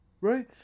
Right